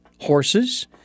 horses